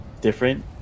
different